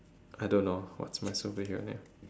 I don't know what's my superhero name